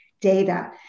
data